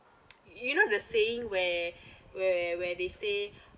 you know the saying where where where they say